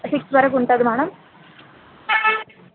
six వరకు ఉంటుంది madam